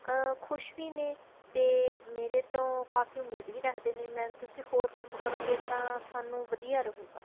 ਕ ਖੁਸ਼ ਵੀ ਨੇ ਅਤੇ ਮੇਰੇ ਤੋਂ ਕਾਫੀ ਉਮੀਦ ਵੀ ਰੱਖਦੇ ਨੇ ਮੈਮ ਤੁਸੀਂ ਹੋਰ ਕੰਮ ਕਰੋਗੇ ਤਾਂ ਸਾਨੂੰ ਵਧੀਆ ਰਹੇਗਾ